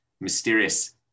mysterious